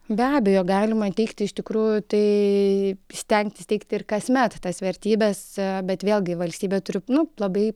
be abejo galima teikti iš tikrųjų tai stengtis teikti ir kasmet tas vertybes bet vėlgi valstybė turi nu labai